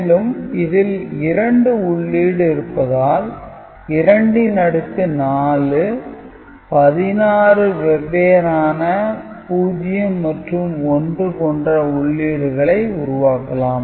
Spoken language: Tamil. மேலும் இதில் 2 உள்ளீடு இருப்பதால் 2 ன் அடுக்கு 4 16 வெவ்வேறான 0 மற்றும் 1 கொண்ட உள்ளீடுகளை உருவாக்கலாம்